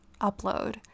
upload